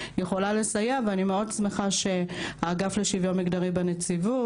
יכולה לסייע ואני מאוד שמחה שהאגף לשוויון מגדרי בנציבות